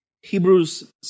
Hebrews